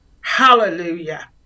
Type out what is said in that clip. Hallelujah